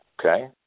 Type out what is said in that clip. okay